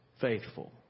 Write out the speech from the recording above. faithful